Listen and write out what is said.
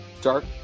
dark